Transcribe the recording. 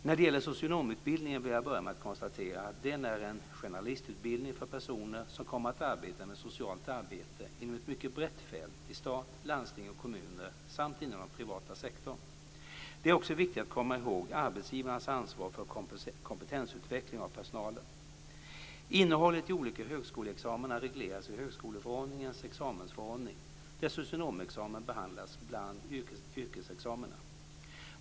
När det gäller socionomutbildningen vill jag börja med att konstatera att den är en generalistutbildning för personer som kommer att arbeta med socialt arbete inom ett mycket brett fält i stat, landsting och kommuner samt inom den privata sektorn. Det är också viktigt att komma ihåg arbetsgivarnas ansvar för kompetensutveckling av personalen. Innehållet i olika högskoleexamina regleras i Högskoleförordningens examensförordning, där socionomexamen behandlas bland yrkesexamina.